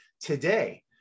today